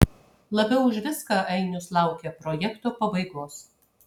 labiau už viską ainius laukia projekto pabaigos